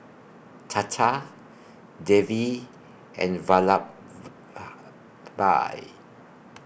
Tata Devi and